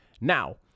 Now